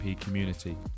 community